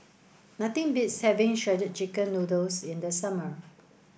nothing beats having shredded chicken noodles in the summer